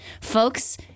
Folks